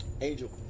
Angel